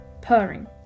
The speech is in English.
purring